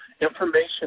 Information